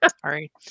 Sorry